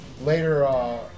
later